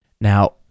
Now